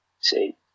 see